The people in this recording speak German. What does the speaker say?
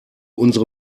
unsere